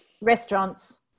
restaurants